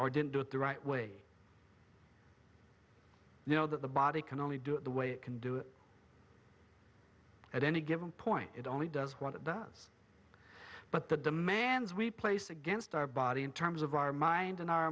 or didn't do it the right way you know that the body can only do it the way it can do it at any given point it only does what it does but the demands we place against our body in terms of our mind and our